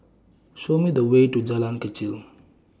Show Me The Way to Jalan Kechil